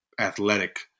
athletic